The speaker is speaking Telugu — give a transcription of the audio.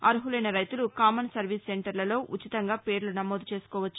అర్వులైన రైతులు కామన్ సర్వీస్ సెంటర్లలో ఉచితంగా పేర్లు నమోదు చేసుకోవచ్చు